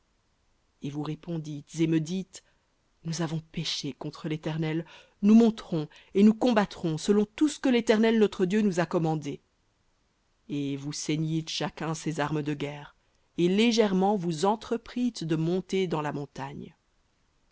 et vous répondîtes et me dîtes nous avons péché contre l'éternel nous monterons et nous combattrons selon tout ce que l'éternel notre dieu nous a commandé et vous ceignîtes chacun ses armes de guerre et légèrement vous entreprîtes de monter dans la montagne